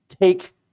take